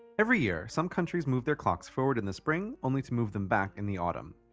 every year some countries move their clocks forward in the spring only to move them back in the autumn.